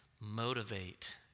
motivate